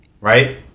right